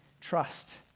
trust